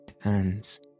hands